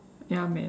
ya man